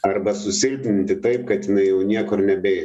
arba susilpninti taip kad jinai jau niekur nebeitų